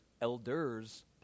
elders